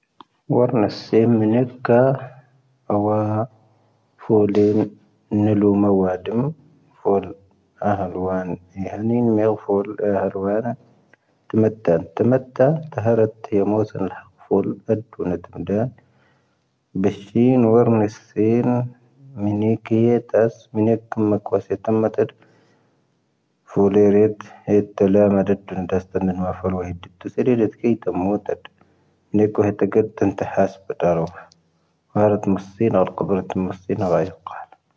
ⵡⴰⵔⵏⴰ ⵙⴻ ⵎⵏⵉⴽⴰ ⵡⴰⵀⴰ ⴼⵓⵍⵉⵏ ⵏⵉⵍⵓ ⵎⴰⵡⴰⴷⵎ ⴼⵓⵍ ⴰⵀⴰⵍ ⵡⴰⵏ. ⵢⴻⵍⵉⵏ ⵎⴻⵡ ⴼⵓⵍ ⴰⵀⴰⵍ ⵡⴰⵏ. ⵜⵓⵎⴰⵜⴰ ⵜⵓⵎⴰⵜⴰ ⵜⴰⵀⴰⵔⴰ ⵜⵉⵢⴰⵎⵓⵣⴰ ⵏⵉⵍⵀⴰ ⴼⵓⵍ ⴰⴷⵡⵓⵏ ⴰⴷⵎⴰⴷⴰ. ⴱⵉⵙⵀⵉⵏ ⵡⴰⵔⵏⴰ ⵙⴻ ⵎⵏⵉⴽⵉⵢⴻ ⵜⴰⵙ ⵎⵏⵉⴽⵉⵢⴻ ⴽⵓⵎⵎⴰ ⴽⵡⴰⵙⵉⵜⴰⵎⴰ ⵜⴰⴷ. ⴼⵓⵍⵉⵔⴻⵜ ⵀⴻ ⵜⴰⵍⴰ ⵎⴰⴷⴰⴷⵓⵏ ⵜⴰⵙⵜⴰ ⵎⴰⵏⵡⴰⴼⴰⵍ ⵡⴰⵀⵉⴷⵜ. ⵜⵓⵙⵉⵔⵉⵔⵉⵜ ⴳⴻⵉⵜⴰⵎ ⵎⵡⴰⴷⴰⵜ. ⵏⵉⴽⵓ ⵀⴻⵜⴰⴳⵉⵜⵜⴻⵏ ⵜⴰⵀⴰⵙ ⴱⴻⵜⴰⵔⵡⵀⴰ. ⵎⵡⴰⴷⴰⵜ ⵎⵡⴰⵙⵉⵏⴰ, ⴰⵍⵇⴰⴱⵓⵔⴰⵜ ⵎⵡⴰⵙⵉⵏⴰ ⵔⴰⵢⴰⵇⴰⴰⴷ.